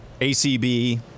ACB